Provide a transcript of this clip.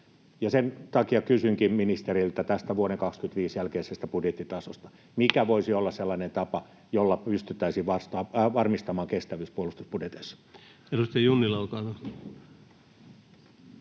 Sen takia kysynkin ministeriltä tästä vuoden 25 jälkeisestä budjettitasosta: mikä voisi olla sellainen tapa, jolla pystyttäisiin varmistamaan kestävyys puolustusbudjeteissa? [Speech 270] Speaker: